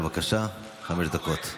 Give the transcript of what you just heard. בבקשה, חמש דקות.